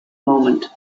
moment